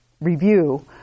review